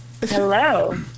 Hello